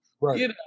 Right